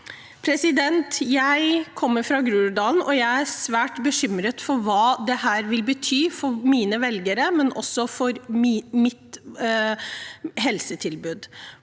by. Jeg kommer fra Groruddalen, og jeg er svært bekymret for hva dette vil bety ikke bare for mine velgere, men også for mitt helsetilbud.